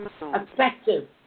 effective